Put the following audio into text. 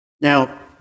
Now